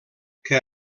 que